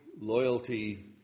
loyalty